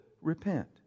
repent